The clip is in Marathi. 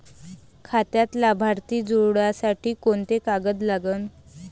खात्यात लाभार्थी जोडासाठी कोंते कागद लागन?